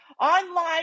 online